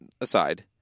Aside